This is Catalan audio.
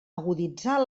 aguditzar